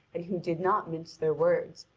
and who did not mince their words,